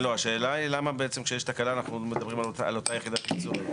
למה כשיש תקלה אנחנו מדברים על אותה יחידת יצור.